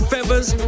Feathers